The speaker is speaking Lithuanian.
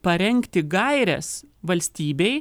parengti gaires valstybei